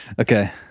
Okay